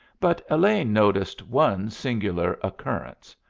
but elaine noticed one singular occurrence.